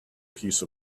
piece